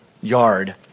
yard